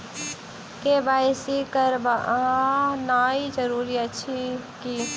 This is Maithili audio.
के.वाई.सी करानाइ जरूरी अछि की?